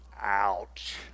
Ouch